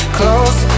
close